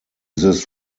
this